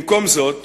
במקום זאת,